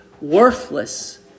worthless